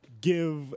give